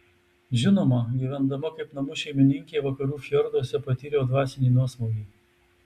žinoma gyvendama kaip namų šeimininkė vakarų fjorduose patyriau dvasinį nuosmukį